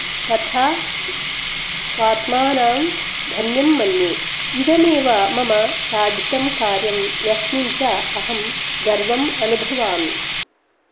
तथा स्वात्मानं धन्यं मन्ये इदमेव मम साधितं कार्यं यस्मिन् च अहं गर्वम् अनुभवामि